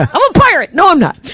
a pirate! no i'm not.